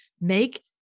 make